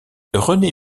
rené